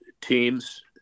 teams